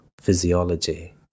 physiology